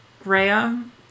graham